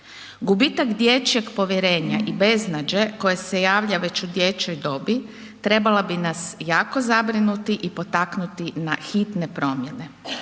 Gubitak dječjeg povjerenja i beznađe koje se javlja već u dječjoj dobi trebala bi nas jako zabrinuti i potaknuti na hitne promjene.